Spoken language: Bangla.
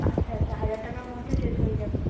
আচ্ছা আচ্ছা হাজার টাকার মধ্যে শেষ হয়ে যাবে